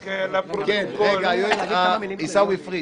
עיסאווי.